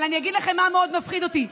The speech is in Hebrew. אבל אני אגיד לכם מה מאוד מפחיד אותי,